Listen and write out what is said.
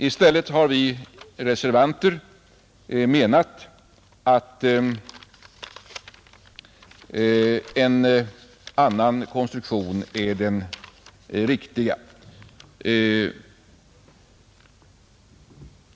I stället har vi reservanter menat att en annan konstruktion är den riktiga.